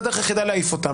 וזאת הדרך היחידה להעיף אותם.